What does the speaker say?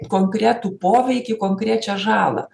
konkretų poveikį konkrečią žalą